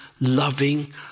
loving